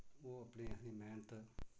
ओह् अपनी असें मेह्नत